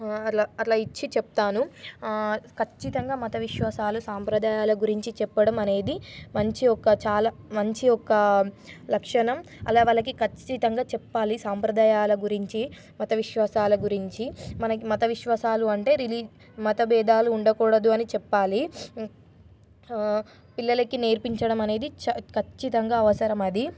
అలా అలా ఇచ్చి చెప్తాను ఖచ్చితంగా మత విశ్వాసాలు సాంప్రదాయాల గురించి చెప్పడం అనేది మంచి ఒక చాలా మంచి ఒక లక్షణం అలా వాళ్ళకి ఖచ్చితంగా చెప్పాలి సాంప్రదాయాల గురించి మత విశ్వాసాల గురించి మనకి మత విశ్వాసాలు అంటే రిలీ మత భేదాలు ఉండకూడదు అని చెప్పాలి పిల్లలకి నేర్పించడం అనేది ఖచ్చితంగా అవసరం అది